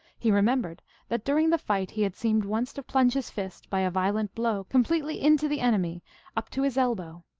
he re membered that during the fight he had seemed once to plunge his fist, by a violent blow, completely into the enemy up to his elbow,